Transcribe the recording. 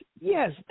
Yes